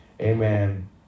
Amen